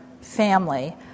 family